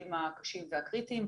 לחולים הקשים והקריטיים.